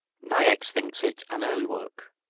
niecks thinks it an early work.